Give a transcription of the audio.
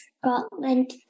Scotland